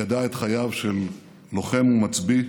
גדעה את חייו של לוחם ומצביא,